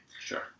Sure